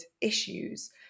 issues